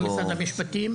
גם משרד המשפטים,